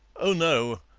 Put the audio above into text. oh, no.